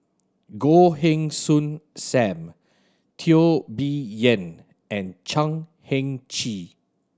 Goh Heng Soon Sam Teo Bee Yen and Chan Heng Chee